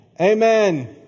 Amen